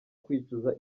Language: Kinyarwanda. kwicuza